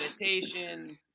meditation